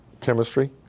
chemistry